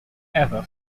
ever